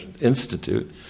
Institute